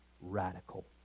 radical